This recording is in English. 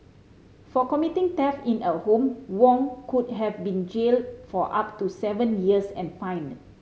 for committing theft in a home Wong could have been jailed for up to seven years and fined